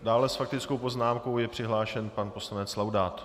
Dále je s faktickou poznámkou přihlášen pan poslanec Laudát.